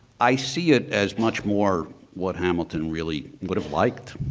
i see it as much more what hamilton really would have liked.